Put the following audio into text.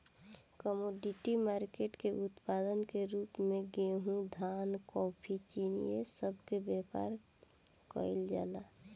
commodity market के उत्पाद के रूप में गेहूं धान कॉफी चीनी ए सब के व्यापार केइल जाला